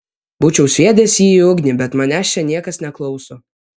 būčiau sviedęs jį į ugnį bet manęs čia niekas neklauso